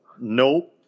Nope